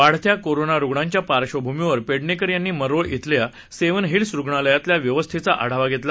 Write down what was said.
वाढत्या कोरोना रुग्णांच्या पार्श्वभूमीवर पेडणेकर यांनी मरोळ इथल्या सेव्हन हिल्स रुग्णालयातल्या व्यवस्थेचा आढावा घेतला